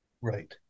right